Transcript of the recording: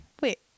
wait